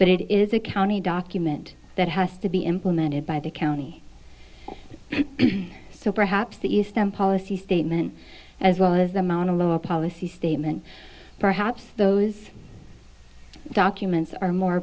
but it is a county document that has to be implemented by the county so perhaps that use them policy statement as well as the amount of policy statement perhaps those documents are more